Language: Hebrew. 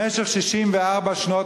במשך 64 שנות